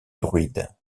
druides